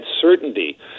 certainty